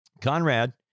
Conrad